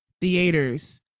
theaters